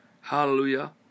Hallelujah